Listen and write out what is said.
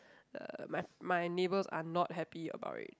uh my my neighbours are not happy about it